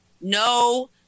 no